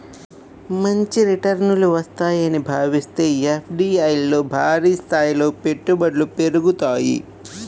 మంచి రిటర్నులు వస్తాయని భావిస్తే ఎఫ్డీఐల్లో భారీస్థాయిలో పెట్టుబడులు పెరుగుతాయి